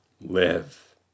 live